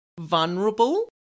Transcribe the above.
vulnerable